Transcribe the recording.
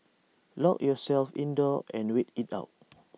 lock yourselves indoors and wait IT out